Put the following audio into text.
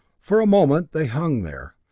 for a moment they hung there,